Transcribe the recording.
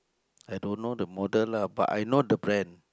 I don't know the model lah but I know the brand